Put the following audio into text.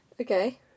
Okay